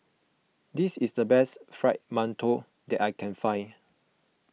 this is the best Fried Mantou that I can find